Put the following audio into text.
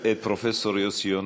בהיכרותי את פרופסור יונה,